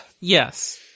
Yes